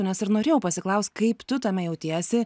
nes ir norėjau pasiklaust kaip tu tame jautiesi